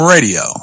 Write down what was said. Radio